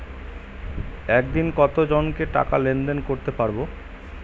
একদিন কত জনকে টাকা লেনদেন করতে পারবো?